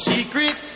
Secret